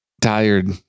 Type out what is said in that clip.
tired